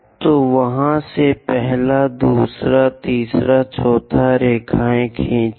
तो वहाँ से पहला दूसरा तीसरा चौथा रेखाएँ खींचना